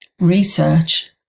research